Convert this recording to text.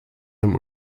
dem